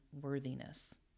worthiness